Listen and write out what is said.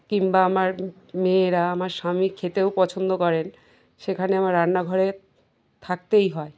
কিংবা আমার মেয়েরা আমার স্বামী খেতেও পছন্দ করেন সেখানে আমার রান্নাঘরে থাকতেই হয়